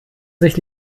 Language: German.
sich